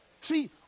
see